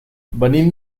venim